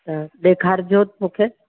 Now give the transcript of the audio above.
अच्छा ॾेखारिजो मूंखे